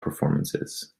performances